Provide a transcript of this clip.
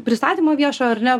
pristatymą viešą ar ne